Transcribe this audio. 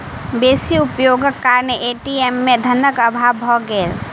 बेसी उपयोगक कारणेँ ए.टी.एम में धनक अभाव भ गेल